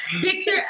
picture